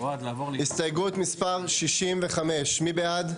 הסתייגות מספר 65, מי בעד?